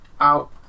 out